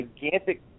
gigantic